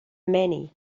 many